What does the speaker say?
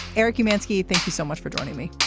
eric domanski thank you so much for joining me.